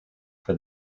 for